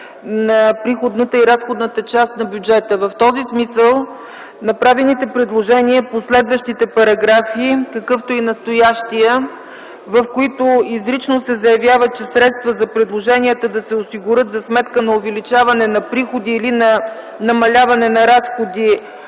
на приходната и разходната част на бюджета. В този смисъл направените предложения по следващите параграфи, какъвто е и настоящият, където изрично се заявява, че „средства за предложенията да се осигурят за сметка увеличаване на приходи или намаляване на разходи